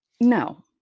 No